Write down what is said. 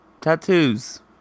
Tattoos